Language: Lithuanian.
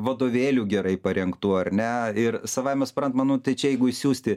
vadovėlių gerai parengtų ar ne ir savaime suprantama nu tai čia jeigu išsiųsti